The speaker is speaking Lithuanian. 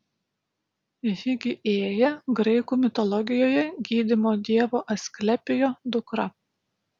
higiėja graikų mitologijoje gydymo dievo asklepijo dukra